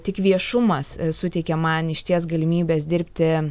tik viešumas suteikia man išties galimybes dirbti